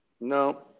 no